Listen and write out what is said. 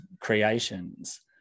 creations